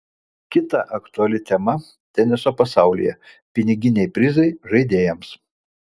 kita aktuali tema teniso pasaulyje piniginiai prizai žaidėjams